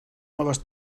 noves